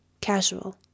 Casual